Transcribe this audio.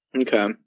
Okay